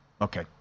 Okay